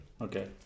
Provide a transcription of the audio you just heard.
Okay